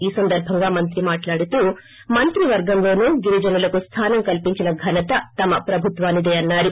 ఈ సందర్బంగా మంత్రి మాట్లాడుతూ మంత్రి వర్గంలోనూ గిరిజనులకు స్లానం కల్పించిన ఘనత తమ ప్రభుత్వానిదేనని అన్నారు